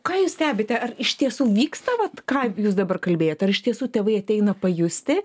ką jūs stebite ar iš tiesų vyksta vat ką jūs dabar kalbėjot ar iš tiesų tėvai ateina pajusti